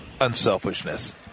unselfishness